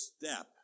step